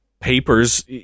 Papers